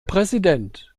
präsident